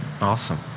Awesome